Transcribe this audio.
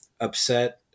upset